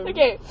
Okay